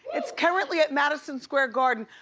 it's currently at madison square garden.